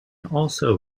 also